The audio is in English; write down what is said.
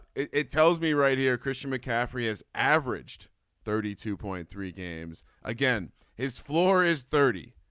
it tells me right here. christian mccaffrey has averaged thirty two point three games again his floor is thirty.